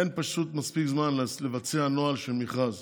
אין מספיק זמן לבצע נוהל של מכרז